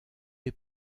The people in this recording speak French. est